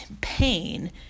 pain